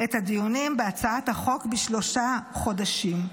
את הדיונים בהצעת החוק בשלושה חודשים.